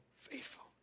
faithful